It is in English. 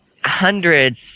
Hundreds